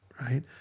right